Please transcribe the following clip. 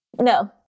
No